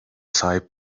sahip